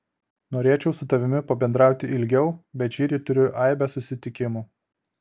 norėčiau su tavimi pabendrauti ilgiau bet šįryt turiu aibę susitikimų